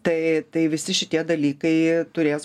tai tai visi šitie dalykai turės